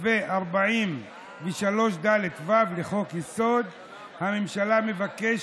ו-43ד(ו) לחוק-יסוד: הממשלה,